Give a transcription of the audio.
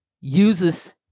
uses